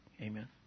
Amen